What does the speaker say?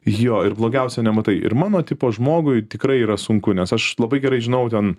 jo ir blogiausia nematai ir mano tipo žmogui tikrai yra sunku nes aš labai gerai žinau ten